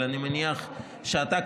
אבל אני מניח שאתה,